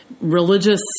religious